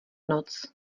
noc